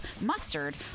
mustard